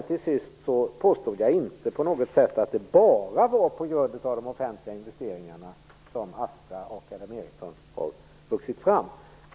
Till sist påstod jag inte på något sätt att det bara var på grund av de offentliga investeringarna som Astra och Ericsson har vuxit fram.